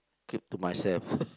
keep to myself